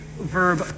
verb